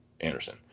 Anderson